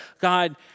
God